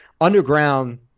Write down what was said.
underground